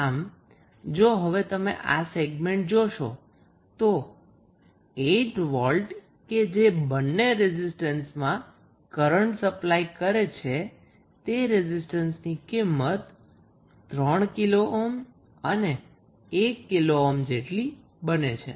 આમ હવે જો તમે આ સેગમેન્ટ જોશો તો 8 વોલ્ટ કે જે બંને રેઝિસ્ટરમાં કરન્ટ સપ્લાય કરે છે તે રેઝિસ્ટન્સની કિંમત 3 કિલો ઓહ્મ અને 1 કિલો ઓહ્મ બંને છે